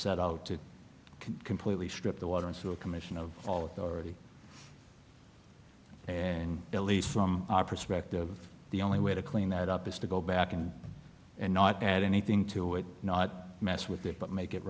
set out to completely strip the water and sewer commission of all authority and at least from our perspective the only way to clean that up is to go back in and not add anything to it not mess with it but make it